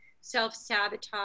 Self-sabotage